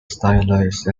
stylized